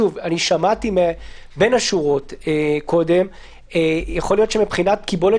שמעתי בין השורות קודם שיכול להיות שמבחינת קיבולת